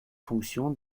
fonction